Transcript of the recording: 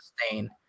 sustain